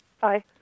Bye